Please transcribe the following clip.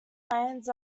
plans